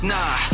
Nah